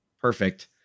Perfect